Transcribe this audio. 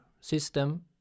system